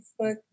Facebook